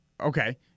Okay